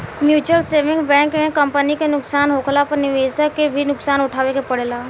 mutual saving bank में company के नुकसान होखला पर निवेशक के भी नुकसान उठावे के पड़ेला